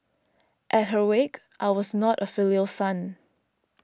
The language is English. at her wake I was not a filial son